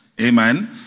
Amen